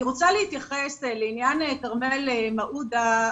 אני רוצה להתייחס לעניין כרמל מעודה,